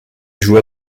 joua